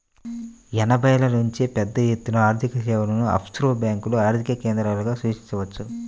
ఎనభైల నుంచే పెద్దఎత్తున ఆర్థికసేవలను ఆఫ్షోర్ బ్యేంకులు ఆర్థిక కేంద్రాలుగా సూచించవచ్చు